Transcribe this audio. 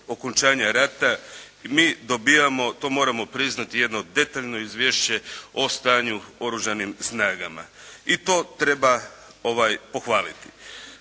okončanja rata mi dobivamo to moramo priznati jedno detaljno izvješće o stanju u Oružanim snagama i to treba pohvaliti.